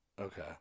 Okay